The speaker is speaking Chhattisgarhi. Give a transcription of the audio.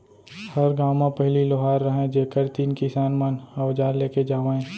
हर गॉंव म पहिली लोहार रहयँ जेकर तीन किसान मन अवजार लेके जावयँ